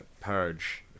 purge